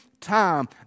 time